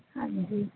ਹਾਂਜੀ